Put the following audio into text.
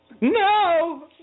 No